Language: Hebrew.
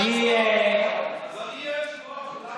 אדוני היושב-ראש, אולי,